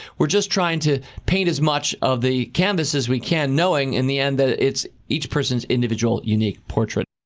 we're just trying to paint as much of the canvas as we can, knowing, in the end, that it's each person's individual, unique portrait.